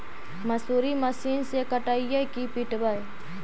मसुरी मशिन से कटइयै कि पिटबै?